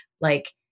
like-